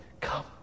come